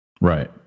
Right